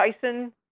Tyson